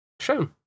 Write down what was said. shown